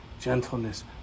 gentleness